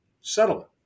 settlement